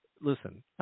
listen